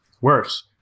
Worse